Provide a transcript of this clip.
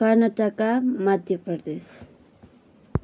Karnataka Madhya Pradesh